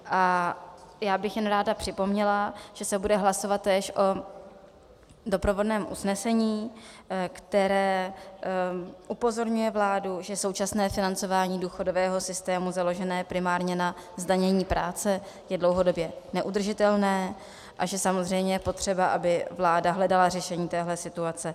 A já bych jen ráda připomněla, že se bude hlasovat též o doprovodném usnesení, které upozorňuje vládu, že současné financování důchodového systému založené primárně na zdanění práce je dlouhodobě neudržitelné a že samozřejmě je potřeba, aby vláda hledala řešení téhle situace.